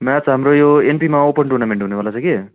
match हाम्रो यो एनपिमा ओपन टुर्नामेन्ट हुनेवाला छ कि